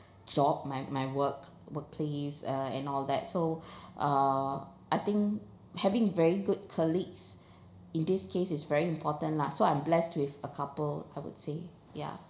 job my my work workplace uh and all that so uh I think having very good colleagues in this case is very important lah so I'm blessed with a couple I would say ya